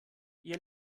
ihr